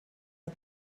der